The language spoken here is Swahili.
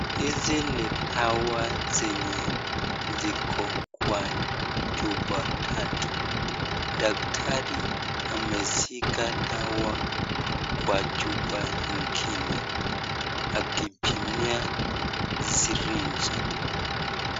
Hizi ni dawa zenye ziko kwa chupa tatu. Daktari amesika dawa kwa chupa ingine akipimia sirinji.